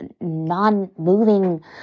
non-moving